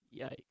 Yikes